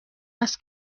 است